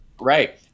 Right